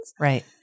Right